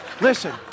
Listen